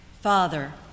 Father